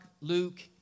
Luke